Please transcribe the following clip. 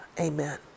Amen